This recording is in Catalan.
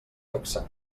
taxar